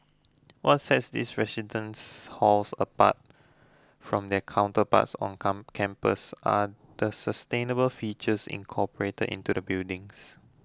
what set these residents halls apart from their counterparts on campus are the sustainable features incorporated into the buildings